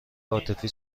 عاطفی